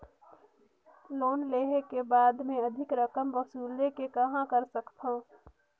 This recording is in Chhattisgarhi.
लोन लेहे के बाद मे अधिक रकम वसूले के कहां कर सकथव?